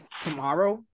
tomorrow